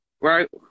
Right